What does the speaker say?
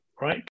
right